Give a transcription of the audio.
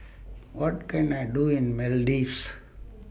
What Can I Do in Maldives